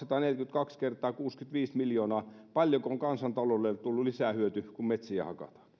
kaksisataaneljäkymmentäkaksi kertaa kuusikymmentäviisi miljoonaa paljonko on kansantaloudelle tullut lisää hyötyä kun metsiä hakataan